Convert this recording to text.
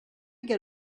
get